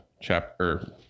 chapter